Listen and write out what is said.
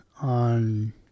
on